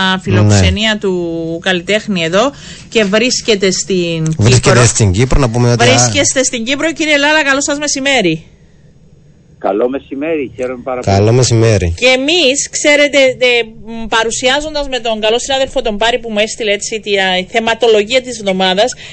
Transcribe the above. φιλοξενία Ναι. του καλλιτέχνη εδώ και βρίσκεται στην Βρίσκεται Κύπρο. στην Κύπρο, να πούμε ότι, Βρίσκεστε α, στην Κύπρο, κύριε Λάλα, καλό σας μεσημέρι. Καλό μεσημέρι, χαίρομαι πάρα Καλό πολύ. μεσημέρι. Και εμείς, ξέρετε, δε- μ, παρουσιάζοντας με τον καλό συνάδελφο τον Πάρη που μου έστειλε έτσι τη- α, η θεματολογία της εβδομάδας,